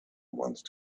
once